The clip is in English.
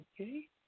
okay